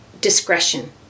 discretion